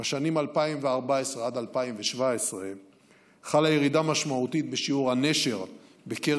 בשנים 2014 2017 חלה ירידה משמעותית בשיעור הנשירה בקרב